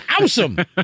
awesome